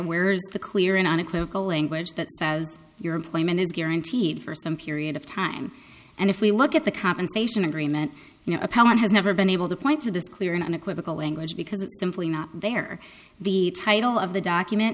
where is the clear and unequivocal language that says your employment is guaranteed for some period of time and if we look at the compensation agreement you know opponent has never been able to point to this clear and unequivocal language because it's simply not there the title of the document